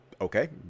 Okay